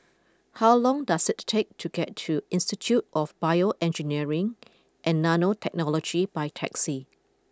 how long does it take to get to Institute of BioEngineering and Nanotechnology by taxi